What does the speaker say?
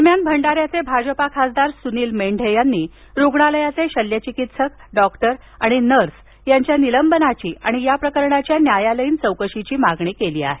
दरम्यान भंडाऱ्याचे भाजपा खासदार सुनिल मेंढे यांनी रुग्णालयाचे शल्यचिकित्सक डॉक्टर आणि नर्स यांच्या निलंबनाची आणि प्रकरणाच्या न्यायालयीन चौकशीची मागणी केली आहे